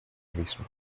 abismo